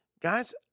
guys